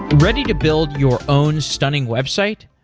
ready to build your own stunning website?